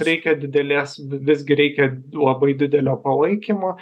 reikia didelės visgi reikia labai didelio palaikymo